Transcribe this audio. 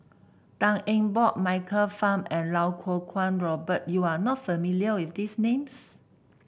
Tan Eng Bock Michael Fam and Iau Kuo Kwong Robert you are not familiar with these names